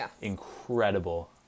incredible